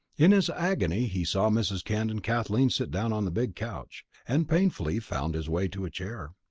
in his agony he saw mrs. kent and kathleen sit down on the big couch, and painfully found his way to a chair.